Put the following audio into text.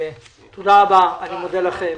תודה רבה, אני מודה לכם.